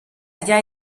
rya